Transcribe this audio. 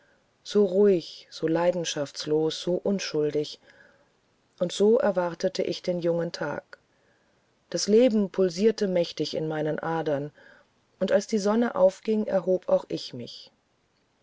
so ruhig so leidenschaftslos so unschuldig und so erwartete ich den jungen tag das leben pulsierte mächtig in meinen adern und als die sonne aufging erhob auch ich mich